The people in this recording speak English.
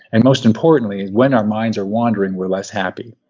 and most importantly, when our minds are wandering, we're less happy.